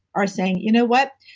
are saying, you know what?